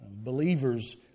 Believers